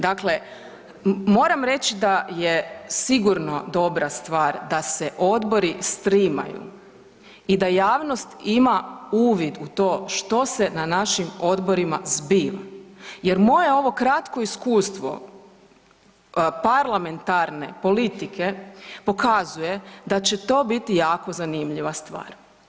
Dakle, moram reći da je sigurno dobra stvar da se odbori streamaju i da javnost ima uvid u to što se na našim odborima zbiva jer moje ovo kratko iskustvo parlamentarne politike pokazuje da će to biti jako zanimljiva stvar.